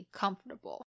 comfortable